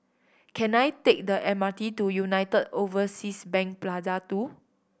can I take the M R T to United Overseas Bank Plaza Two